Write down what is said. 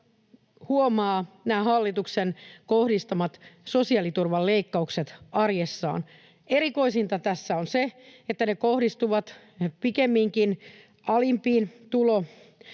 nämä hallituksen kohdistamat sosiaaliturvan leikkaukset arjessaan. Erikoisinta tässä on se, että ne kohdistuvat pikemminkin alimpiin